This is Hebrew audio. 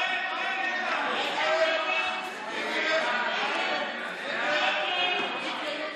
ההצעה להעביר לוועדה את הצעת חוק-יסוד: